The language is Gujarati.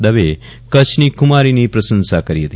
દવેએ કચ્છની ખુમારીની પ્રશંસા કરી હતી